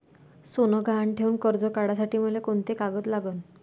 सोनं गहान ठेऊन कर्ज काढासाठी मले कोंते कागद लागन?